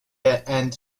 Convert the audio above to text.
and